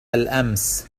الأمس